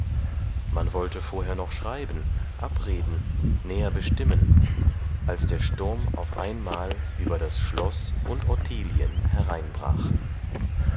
man wollte vorher noch schreiben abreden näher bestimmen als der sturm auf einmal über das schloß und ottilien hereinbrach